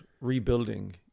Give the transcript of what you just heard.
rebuilding